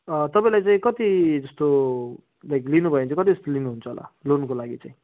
तपाईँले चाहिँ कति जस्तो लाइक लिनुभयो भने चाहिँ कति जस्तो लिनुहुन्छ होला लोनको लागि चाहिँ